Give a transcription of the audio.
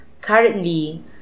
currently